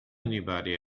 anybody